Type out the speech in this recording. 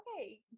okay